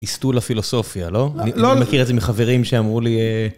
הסטו לפילוסופיה, לא? אני מכיר את זה מחברים שאמרו לי...